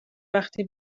وقتی